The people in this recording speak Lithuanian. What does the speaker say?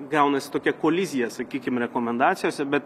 gaunasi tokia kolizija sakykim rekomendacijose bet